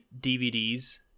DVDs